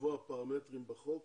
לקבוע פרמטרים בחוק